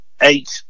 eight